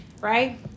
right